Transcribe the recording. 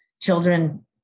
children